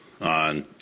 on